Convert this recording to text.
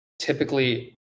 typically